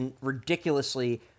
ridiculously